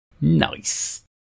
Nice